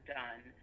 done